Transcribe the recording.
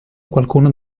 qualcuno